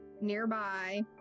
nearby